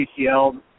PCL